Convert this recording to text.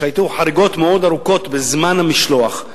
שהיו חריגות מאוד ארוכות בזמן השליחות.